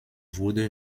wurde